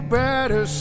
better